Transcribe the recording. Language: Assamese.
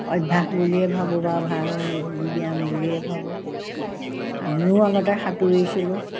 অভ্যাস বুলিয়েই ভাবোঁ বা ভাল ব্যায়াম বুলিয়েই ভাবোঁ আমিও আগতে সাঁতোৰিছিলোঁ